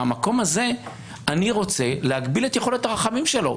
מהמקום הזה אני רוצה להגביל את יכולת הרחמים שלו,